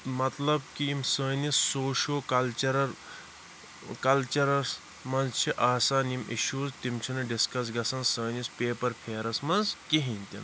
مطلب کہِ یِم سٲنِس سوشیو کَلچَرَر کَلچَرَس منٛز چھِ آسان یِم اِشوٗز تِم چھِنہٕ ڈِسکَس گژھان سٲنِس پیپَر فیرَس منٛز کِہیٖنۍ تہِ نہٕ